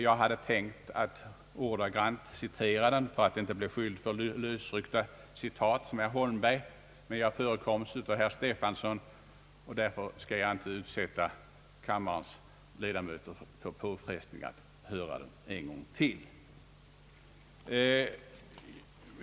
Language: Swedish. Jag hade tänkt att ordagrant citera den för att inte bli beskylld för lösryckta citat, som herr Holmberg. Men jag förekoms av herr Stefanson, och därför skall jag inte utsätta kammarens ledamöter för påfrestningen att höra den en gång till.